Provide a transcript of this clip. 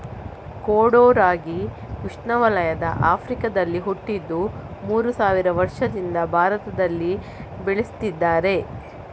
ಕೊಡೋ ರಾಗಿ ಉಷ್ಣವಲಯದ ಆಫ್ರಿಕಾದಲ್ಲಿ ಹುಟ್ಟಿದ್ದು ಮೂರು ಸಾವಿರ ವರ್ಷದಿಂದ ಭಾರತದಲ್ಲಿ ಬೆಳೀತಿದ್ದಾರೆ